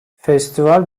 festival